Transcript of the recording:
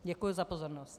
Děkuji za pozornost.